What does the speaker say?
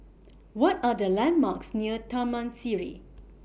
What Are The landmarks near Taman Sireh